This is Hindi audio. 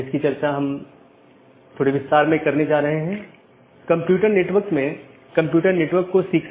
इसलिए उद्देश्य यह है कि इस प्रकार के पारगमन ट्रैफिक को कम से कम किया जा सके